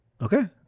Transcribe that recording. Okay